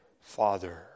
Father